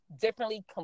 differently